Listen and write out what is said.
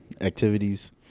Activities